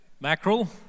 mackerel